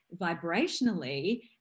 vibrationally